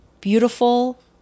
Beautiful